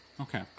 Okay